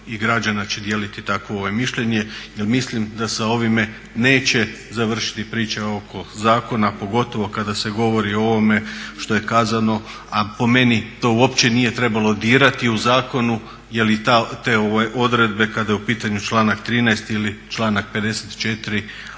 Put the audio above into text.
i građana će dijeliti takvo mišljenje, jer mislim da sa ovim e neće završiti priča oko zakona pogotovo kada se govori o ovome što je kazano a po meni to uopće nije trebalo dirati u zakonu, jer i te odredbe kada je u pitanju članak 13. ili članak 54. a vezano